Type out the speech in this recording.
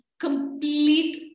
complete